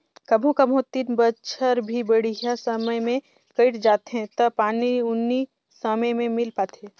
कभों कभों तीन बच्छर भी बड़िहा समय मे कइट जाथें त पानी उनी समे मे मिल पाथे